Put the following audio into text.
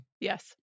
Yes